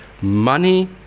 money